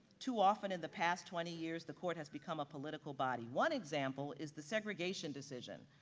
too often in the past twenty years, the court has become a political body. one example is the segregation decision,